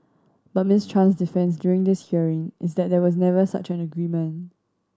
but Miss Chan's defence during this hearing is that there was never such an agreement